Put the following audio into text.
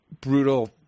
brutal